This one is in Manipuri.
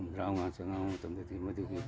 ꯍꯨꯝꯗ꯭ꯔꯥꯉꯥ ꯆꯉꯛꯂꯕ ꯃꯇꯝꯗꯗꯤ ꯃꯗꯨꯒꯤ